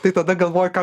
tai tada galvoji ką